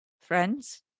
friends